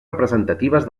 representatives